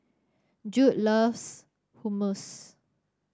Judd loves Hummus